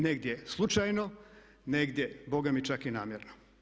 Negdje slučajno, negdje bogami čak i namjerno.